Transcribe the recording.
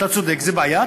אתה צודק, זו בעיה.